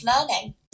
learning